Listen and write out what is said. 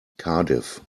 cardiff